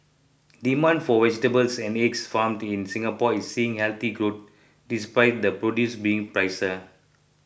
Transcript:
demand for vegetables and eggs farmed in Singapore is seeing healthy growth despite the produce being pricier